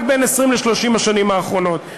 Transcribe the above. רק בין 20 ל-30 השנים האחרונות.